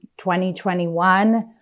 2021